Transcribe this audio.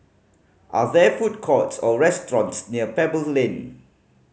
are there food courts or restaurants near Pebble's Lane